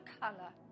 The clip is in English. color